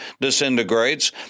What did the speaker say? disintegrates